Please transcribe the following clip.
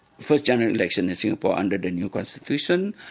first general election in singapore under the new constitution,